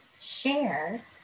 share